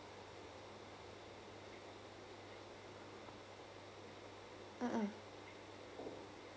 mm mm